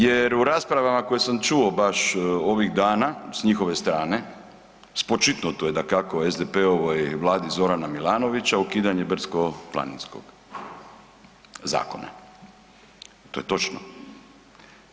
Jer u raspravama koje sam čuo baš ovih dana sa njihove strane spočitnuto je dakako SDP-ovoj Vladi Zorana Milanovića ukidanje brdsko-planinskog zakona.